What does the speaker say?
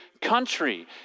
country